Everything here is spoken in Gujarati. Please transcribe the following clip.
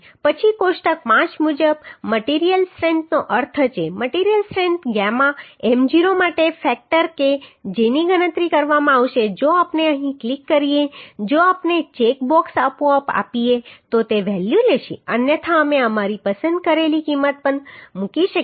પછી કોષ્ટક 5 મુજબ મટીરીયલ સ્ટ્રેન્થનો અર્થ છે મટીરીયલ સ્ટ્રેન્થ ગામા m0 માટે ફેક્ટર કે જેની ગણતરી કરવામાં આવશે જો આપણે અહીં ક્લિક કરીએ જો આપણે ચેક બોક્સ આપોઆપ આપીએ તો તે વેલ્યુ લેશે અન્યથા અમે અમારી પસંદ કરેલી કિંમત પણ મૂકી શકીએ છીએ